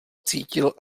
cítil